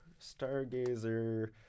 Stargazer